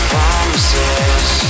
Promises